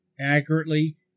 accurately